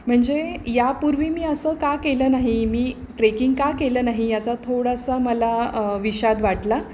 म्हणजे यापूर्वी मी असं का केलं नाही मी ट्रेकिंग का केलं नाही याचा थोडासा मला विशाद वाटला